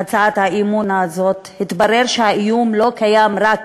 הצעת האי-אמון הזאת התברר שהאיום לא קיים רק